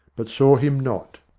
but saw him not.